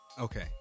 Okay